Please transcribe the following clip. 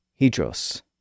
hydros